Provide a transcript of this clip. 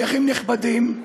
שיח'ים נכבדים,